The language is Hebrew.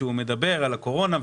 כשהוא מדבר על הקורונה,